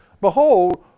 Behold